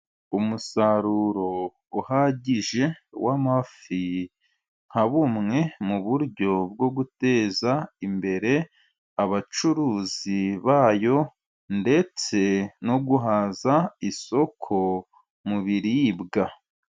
Umusaruro uhagije w'amafi nka bumwe mu buryo bwo guteza imibereho abacuruzi bayo, ndetse no guhaza isoko mu biribwa.